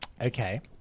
Okay